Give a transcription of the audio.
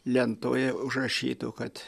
lentoje užrašytų kad